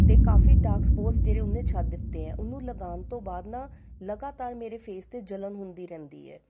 ਅਤੇ ਕਾਫ਼ੀ ਡਾਰਕਸਪੋਸ ਜਿਹੜੇ ਹੈ ਉਹਨੇ ਛੱਡ ਦਿੱਤੇ ਹੈ ਉਹਨੂੰ ਲਗਾਉਣ ਤੋਂ ਬਾਅਦ ਨਾ ਲਗਾਤਾਰ ਮੇਰੇ ਫ਼ੇਸ 'ਤੇ ਜਲਣ ਹੁੰਦੀ ਰਹਿੰਦੀ ਹੈ